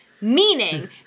Meaning